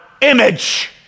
image